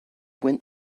went